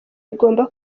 igomba